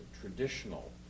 traditional